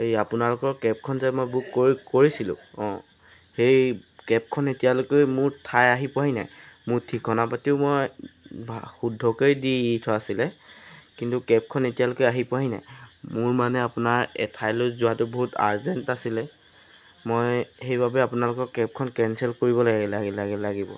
এই আপোনালোকৰ কেবখন যে মই বুক কৰি কৰিছিলো অঁ সেই কেবখন এতিয়ালৈকে মোৰ ঠাই আহি পোৱাহি নাই মোৰ ঠিকনা পাতিও মই শুদ্ধকৈ দি থোৱা আছিলে কিন্তু কেবখন এতিয়ালৈকে আহি পোৱাহি নাই মোৰ মানে আপোনাৰ এঠাইলৈ যোৱাটো বহুত আৰ্জেণ্ট আছিলে মই সেইবাবে আপোনালোকৰ কেবখন কেনচেল কৰিব লাগিব